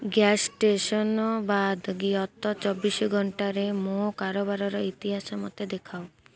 gas station ବାଦ ଗତ ଚବିଶ ଘଣ୍ଟାରେ ମୋ କାରବାରର ଇତିହାସ ମୋତେ ଦେଖାଅ